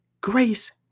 grace